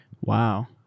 Wow